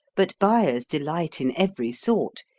but buyers delight in every sort,